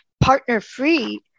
partner-free